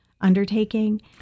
undertaking